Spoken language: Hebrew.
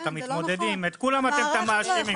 את המתמודדים את כולם אתם כאן מאשימים.